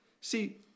See